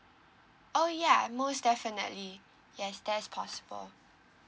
oh ya most definitely yes that's possible